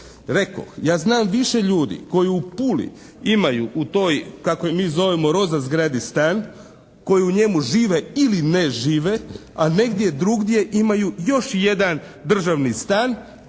Rekoh, ja znam više ljudi koji u Puli imaju u toj kako ih mi zovemo roza zgradi stan, koji u njemu žive ili ne žive a negdje drugdje imaju još jedan državni stan